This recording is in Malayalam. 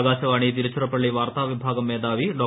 ആകാശവാണി തിരുച്ചിറപ്പള്ളി വാർത്താവിഭാഗം മേധാവി ഡോ